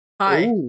Hi